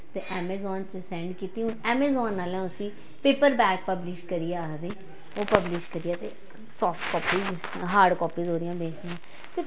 ते ऐमजान च सैंड कीती ऐमजान आह्लैं उस्सी पेपरबैक पब्लिश करियै आखदे ओह् पब्लिश करियै ते साफ्ट कापिस हार्ड कापिस ओह्दियां